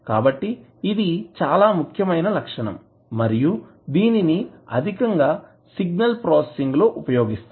కాబట్టి ఇది చాలా ముఖ్యమైన లక్షణం మరియు దీనిని ఆధికంగా సిగ్నల్ ప్రాసెసింగ్ లో ఉపయోగిస్తాం